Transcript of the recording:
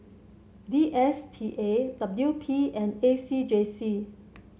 D S T A W P and A C J C